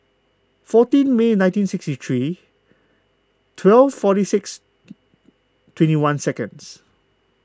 fourteen May nineteen sixty three twelve forty six twenty one second